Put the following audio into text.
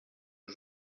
aux